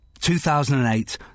2008